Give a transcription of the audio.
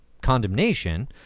condemnation